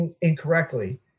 incorrectly